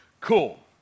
Cool